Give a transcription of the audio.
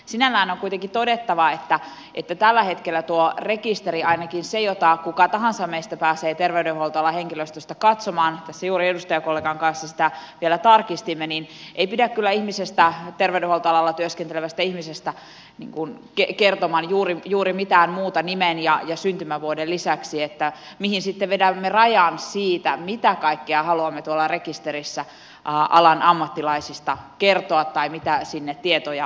sinällään on kuitenkin todettava että tällä hetkellä tuon rekisterin ainakin sen jota kuka tahansa meistä pääsee terveydenhuoltoalan henkilöstöstä katsomaan tässä juuri edustajakollegan kanssa sitä vielä tarkistimme ei pidä kyllä ihmisestä terveydenhuoltoalalla työskentelevästä ihmisestä kertoman juuri mitään muuta nimen ja syntymävuoden lisäksi ja kyse on siitä mihin sitten vedämme rajan siitä mitä kaikkea haluamme tuolla rekisterissä alan ammattilaisista kertoa tai mitä tietoja sinne vaadimme